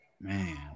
Man